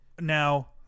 Now